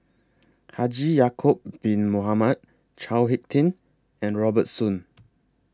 Haji Ya'Acob Bin Mohamed Chao Hick Tin and Robert Soon